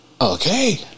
okay